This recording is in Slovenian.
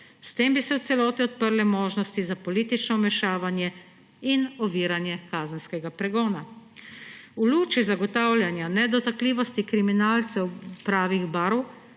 S tem bi se v celoti odprle možnosti za politično vmešavanje in oviranje kazenskega pregona. V luči zagotavljanja nedotakljivosti kriminalcev pravih barv